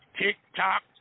tick-tock